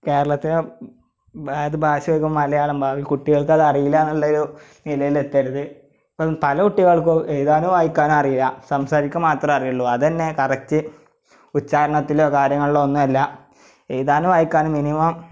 കേരളത്തിലെ ഭാഷയായിരിക്കും മലയാളം ഭാവിയിൽ കുട്ടികൾക്ക് അത് അറിയില്ല എന്നുള്ള ഒരു നിലയിൽ എത്തരുത് ഇപ്പം പല കുട്ടികൾക്ക് എഴുതാനും വായിക്കാനും അറിയില്ല സംസാരിക്കാൻ മാത്രമേ അറിയുള്ളു അതു തന്നെ കറക്റ്റ് ഉച്ഛാരണത്തിലോ കാര്യങ്ങളിലോ ഒന്നും അല്ല എഴുതാനും വായിക്കാനും മിനിമം